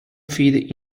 feed